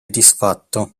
disfatto